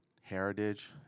heritage